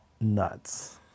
nuts